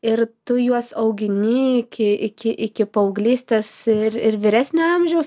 ir tu juos augini iki iki iki paauglystės ir ir vyresnio amžiaus